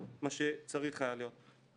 מה שצריך היה להיות.